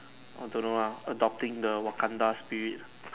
I don't know ah adopting the Wakanda spirit